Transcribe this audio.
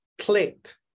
clicked